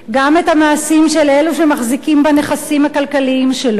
גם את המעשים של אלה שמחזיקים בנכסים הכלכליים שלו.